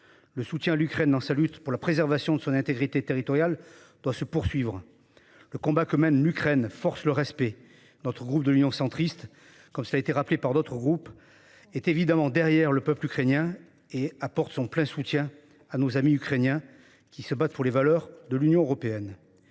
Le soutien apporté à l'Ukraine dans sa lutte pour la préservation de son intégrité territoriale doit se poursuivre. Le combat que mène ce pays force le respect. Le groupe Union Centriste, comme d'autres, se tient évidemment derrière le peuple ukrainien et apporte son plein soutien à nos amis qui se battent pour les valeurs de l'Union européenne.